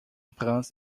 prince